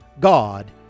God